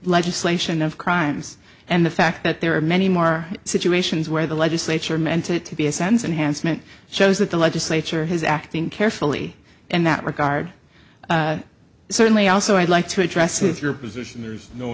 legislation of crimes and the fact that there are many more situations where the legislature meant it to be a sense unhandsome it shows that the legislature has acting carefully in that regard certainly also i'd like to address is your position there's no